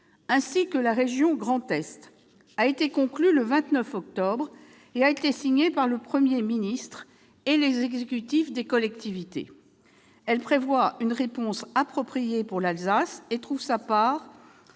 ainsi que la région Grand Est a été conclue et signée le 29 octobre par le Premier ministre et les exécutifs des collectivités. Elle prévoit une réponse appropriée pour l'Alsace et trouve une part